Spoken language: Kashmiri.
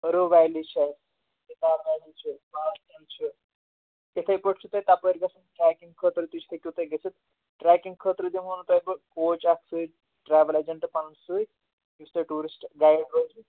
آروٗ ویلی چھےٚ بیتاب ویلی چھِ مارتنٛڈ چھُ تِتھَے پٲٹھۍ چھُ تۄہہِ تَپٲرۍ گژھُن ٹرٛیکِنٛگ خٲطرٕ تہِ چھِ ہیٚکِو تُہۍ گٔژھِتھ ٹرٛیکِنگ خٲطرٕ دِمہو نہٕ تۄہہِ بہٕ کوچ اَکھ سۭتۍ ٹرٛیوٕل اٮ۪جنٛٹ پَنُن سۭتۍ یُس تۄہہِ ٹوٗرِسٹ گایِڈ روزِ